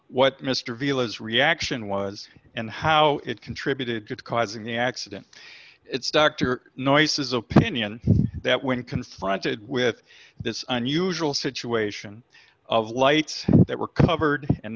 what mr veale his reaction was and how it contributed causing the accident it's dr noises opinion that when confronted with this unusual situation of lights that were covered and